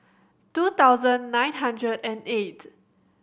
two thousand nine hundred and eight